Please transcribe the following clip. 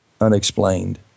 unexplained